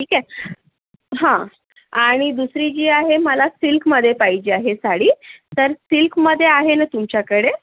ठीक आहे हा आणि दुसरी जी आहे मला सिल्कमध्ये पाहिजे आहे साडी तर सिल्कमध्ये आहे ना तुमच्याकडे